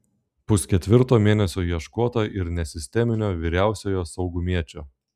pusketvirto mėnesio ieškota ir nesisteminio vyriausiojo saugumiečio